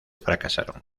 fracasaron